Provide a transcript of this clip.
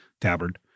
tabard